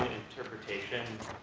interpretation